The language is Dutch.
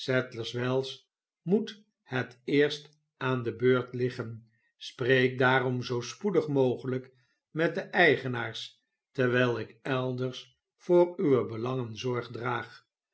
wells moet het eerst aan de beurt liggen spreek daarom zoo spoedig mogelijk met de eigenaars terwyl ik elders voor uwe belangen zorg draag